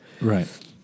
Right